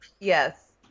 yes